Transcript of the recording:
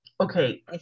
Okay